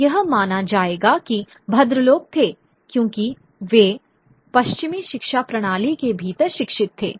और यह माना जाएगा कि वे भद्रलोक थे क्योंकि वे पश्चिमी शिक्षा प्रणाली के भीतर शिक्षित थे